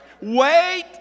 wait